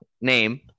name